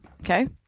Okay